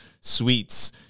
sweets